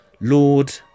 Lord